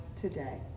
today